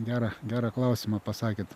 gerą gerą klausimą pasakėt